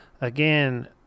Again